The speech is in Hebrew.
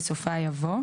בסופה יבוא: